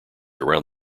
around